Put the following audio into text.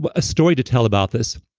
but a story to tell about this,